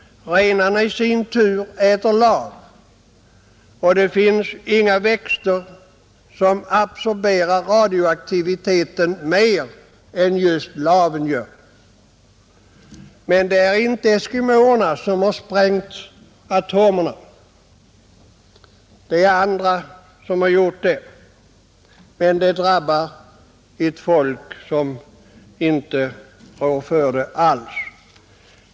Renarna i sin tur äter lav och det finns inga växter som absorberar radioaktivitet så mycket som just laven gör. Det är dock inte eskimåerna som har sprängt atomerna, det är andra som gjort det, men följderna drabbar ett folk som inte rår för sprängningarna alls.